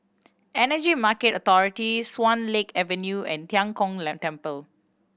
Energy Market Authority Swan Lake Avenue and Tian Kong Temple